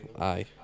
aye